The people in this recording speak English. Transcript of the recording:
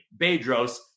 Bedros